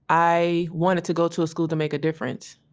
i wanted to go to a school to make a difference.